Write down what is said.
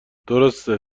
درسته